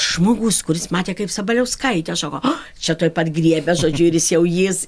žmogus kuris matė kaip sabaliauskaitė šoko čia tuoj pat griebė žodžiu ir jis jau jis